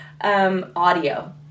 audio